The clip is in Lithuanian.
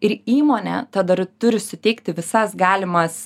ir įmonė ta dar turi suteikti visas galimas